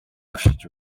оршиж